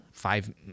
five